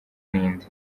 n’indi